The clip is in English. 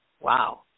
wow